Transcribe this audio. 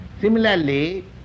Similarly